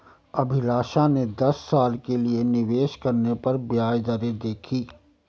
अभिलाषा ने दस साल के लिए निवेश करने पर ब्याज दरें देखी